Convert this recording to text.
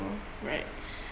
right